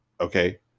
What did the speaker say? Okay